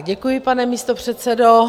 Děkuji, pane místopředsedo, já...